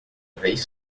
vez